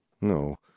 No